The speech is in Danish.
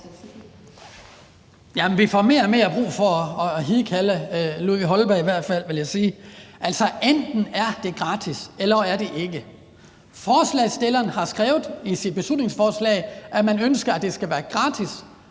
Vi får mere og mere brug for at hidkalde Ludvig Holberg, vil jeg sige. Altså, enten er det gratis, eller også er det ikke. Forslagsstilleren har skrevet i sit beslutningsforslag, at man ønsker, at det skal være gratis